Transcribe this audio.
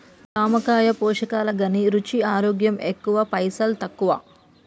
జామకాయ పోషకాల ఘనీ, రుచి, ఆరోగ్యం ఎక్కువ పైసల్ తక్కువ